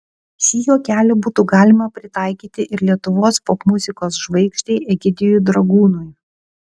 šį juokelį būtų galima pritaikyti ir lietuvos popmuzikos žvaigždei egidijui dragūnui